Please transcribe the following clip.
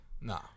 Nah